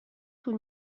طول